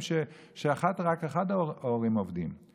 החרדים והערבים הם